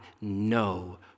no